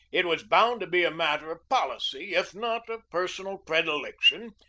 it was bound to be a mat ter of policy, if not of personal predilection,